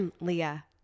Leah